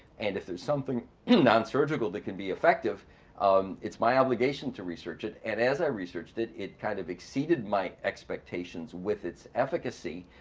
and if there's something non-surgical that can be effective um it's my obligation to research it, and as i researched it it kind of exceeded my expectations with its efficacy.